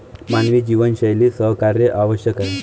मानवी जीवनशैलीत सहकार्य आवश्यक आहे